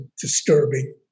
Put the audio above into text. disturbing